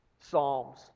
psalms